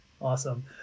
Awesome